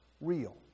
Real